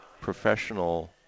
professional